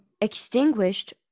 extinguished